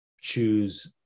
choose